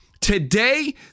Today